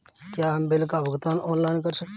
क्या हम बिल का भुगतान ऑनलाइन कर सकते हैं?